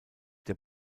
der